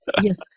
Yes